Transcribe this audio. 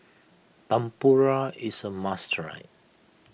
Tempura is a must try